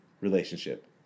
relationship